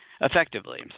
Effectively